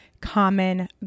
common